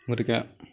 গতিকে